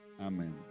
Amen